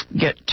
get